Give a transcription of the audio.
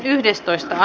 asia